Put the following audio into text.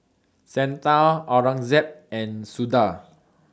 Santha Aurangzeb and Suda